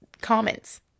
comments